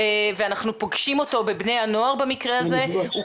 ואנחנו פוגשים אותו בבני הנוער במקרה הזה.